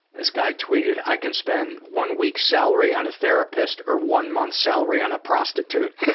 this guy tweeted i can spend one week's salary on a therapist or one month's salary on a prostitute.